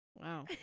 Wow